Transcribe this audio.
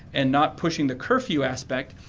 and not pushing the curfew aspect,